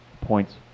points